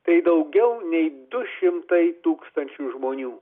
tai daugiau nei du šimtai tūkstančių žmonių